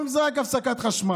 אומרים: זו רק הפסקת חשמל.